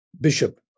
bishop